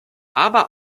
aber